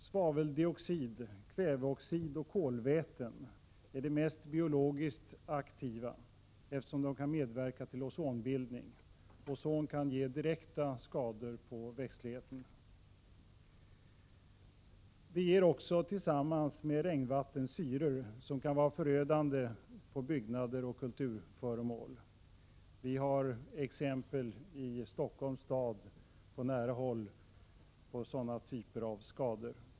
Svaveldioxid, kväveoxid och kolväten är de mest biologiskt aktiva, eftersom de kan medverka till ozonbildning. Ozon kan ge direkta skador på växtligheten. De ger också tillsammans med regnvatten syror som kan vara förödande på byggnader och kulturföremål. Vi har exempel i Stockholms stad, på nära håll, på sådana typer av skador.